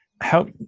help